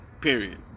period